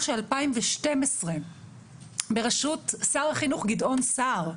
של 2012 בראשות שר החינוך גדעון סער,